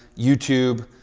youtube,